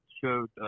showed